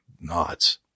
Nods